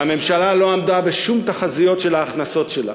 והממשלה לא עמדה בשום תחזיות של ההכנסות שלה.